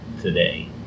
today